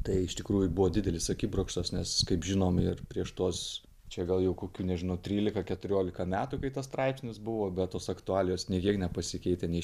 tai iš tikrųjų buvo didelis akibrokštas nes kaip žinom ir prieš tuos čia gal jau kokių nežinau trylika keturiolika metų kai tas straipsnis buvo bet tos aktualijos nė kiek nepasikeitė nei